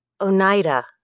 Oneida